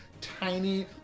tiny